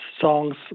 songs